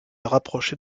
rapprocher